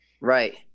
Right